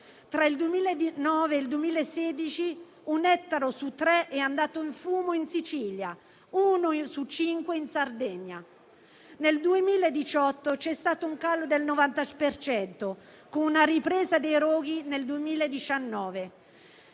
Tra il 2009 e il 2016 un ettaro su tre è andato in fumo in Sicilia, uno su cinque in Sardegna. Nel 2018 c'è stato un calo del 90 per cento, con una ripresa dei roghi nel 2019.